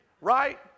right